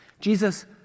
Jesus